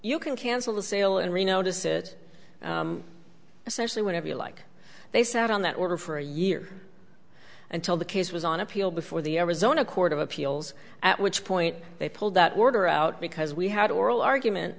you can cancel the sale and re notice it especially whenever you like they sat on that order for a year until the case was on appeal before the arizona court of appeals at which point they pulled that order out because we had oral argument